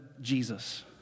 Jesus